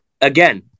again